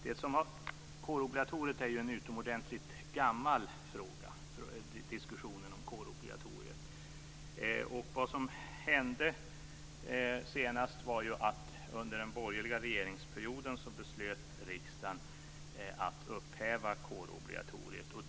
Diskussionen om kårobligatoriet är utomordentligt gammal. Vad som hände senast var att riksdagen under den borgerliga regeringsperioden beslöt att upphäva kårobligatoriet.